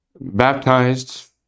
baptized